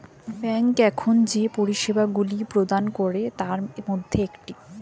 bank এখন যে পরিষেবাগুলি প্রদান করে তার মধ্যে একটি